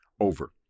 over